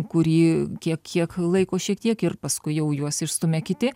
kurį kiek kiek laiko šiek tiek ir paskui jau juos išstumia kiti